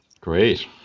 Great